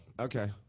Okay